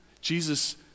Jesus